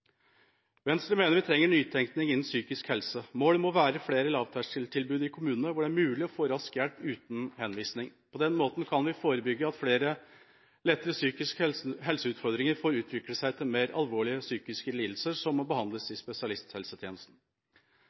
Venstre mener vi trenger nytenkning innen psykisk helse. Målet må være flere lavterskeltilbud i kommunene, hvor det er mulig å få hjelp raskt uten henvisning. På den måten kan vi forebygge at flere lettere psykiske helseutfordringer får utvikle seg til mer alvorlige psykiske lidelser som må behandles i spesialisthelsetjenesten.